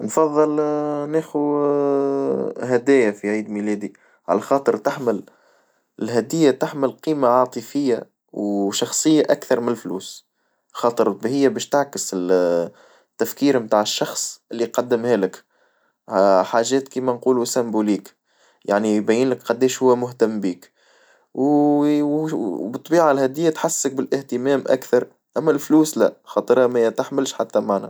نفظل ناخو هدايا في عيد ميلادي على خاطر تحمل الهدية تحمل قيمة عاطفية وشخصية أكثر من الفلوس، خاطر هي باش تعكس التفكير نتاع الشخص اللي يقدمها لك حاجات كيما نقولو سيمبوليك يعني يبينلك قديش هو مهتم بيك، وبالطبيعة الهدية تحسسك بالاهتمام أكثر أما الفلوس لا خاطرها ما تحملش حتى معنى.